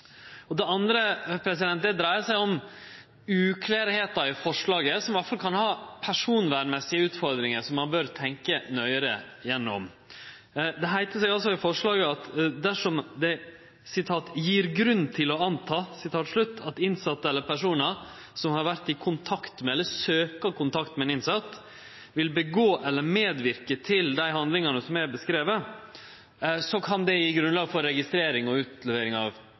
Det andre dreier seg om uklarheiter i forslaget som iallfall kan ha personvernmessige utfordringar som ein bør tenkje nøyare gjennom. Det heiter seg altså i forslaget at dersom det «gir grunn til å anta» at innsette eller personar som har vore i kontakt med eller søkjer kontakt med ein innsett, vil gjere eller medverke til dei handlingane som er beskrivne, så kan det gje grunnlag for registrering og utlevering av